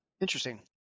Interesting